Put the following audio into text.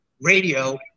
radio